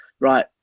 right